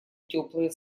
теплые